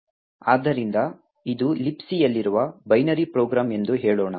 ಆದ್ದರಿಂದ ಇದು Libcಯಲ್ಲಿರುವ ಬೈನರಿ ಪ್ರೋಗ್ರಾಂ ಎಂದು ಹೇಳೋಣ